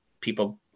people